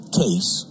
case